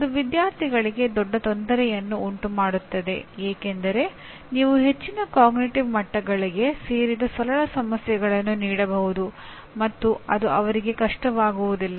ಅದು ವಿದ್ಯಾರ್ಥಿಗಳಿಗೆ ದೊಡ್ಡ ತೊಂದರೆಯನ್ನು ಉಂಟುಮಾಡುತ್ತದೆ ಏಕೆಂದರೆ ನೀವು ಹೆಚ್ಚಿನ ಅರಿವಿನ ಮಟ್ಟಗಳಿಗೆ ಸೇರಿದ ಸರಳ ಸಮಸ್ಯೆಗಳನ್ನು ನೀಡಬಹುದು ಮತ್ತು ಅದು ಅವರಿಗೆ ಕಷ್ಟವಾಗುವುದಿಲ್ಲ